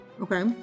Okay